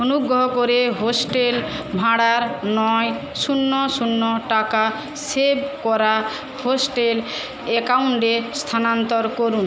অনুগ্রহ করে হোস্টেল ভাড়ার নয় শূন্য শূন্য টাকা সেভ করা হোস্টেল অ্যাকাউন্টে স্থানান্তর করুন